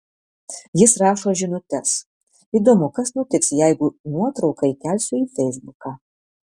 jis rašo žinutes įdomu kas nutiks jeigu nuotrauką įkelsiu į feisbuką